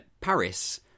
Paris